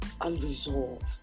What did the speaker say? unresolved